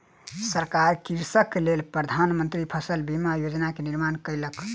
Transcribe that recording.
सरकार कृषकक लेल प्रधान मंत्री फसल बीमा योजना के निर्माण कयलक